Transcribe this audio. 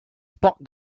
sports